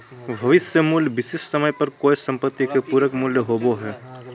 भविष्य मूल्य विशिष्ट समय पर कोय सम्पत्ति के पूरक मूल्य होबो हय